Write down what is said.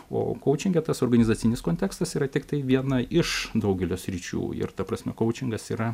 o kaučinge tas organizacinis kontekstas yra tiktai viena iš daugelio sričių ir ta prasme kaučingas yra